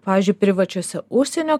pavyzdžiui privačiose užsienio